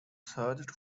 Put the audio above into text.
searched